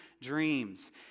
dreams